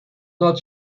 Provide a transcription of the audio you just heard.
not